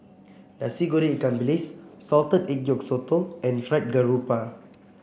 Nasi Goreng Ikan Bilis Salted Egg Yolk Sotong and Fried Garoupa